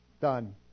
done